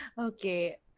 Okay